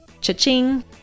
Cha-ching